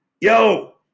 yo